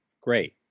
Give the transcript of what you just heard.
Great